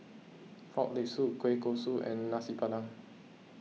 Frog Leg Soup Kueh Kosui and Nasi Padang